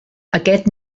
aquest